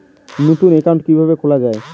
নতুন একাউন্ট কিভাবে খোলা য়ায়?